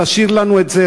תשאיר לנו את זה,